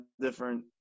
different